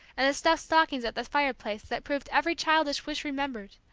and the stuffed stockings at the fireplace that proved every childish wish remembered,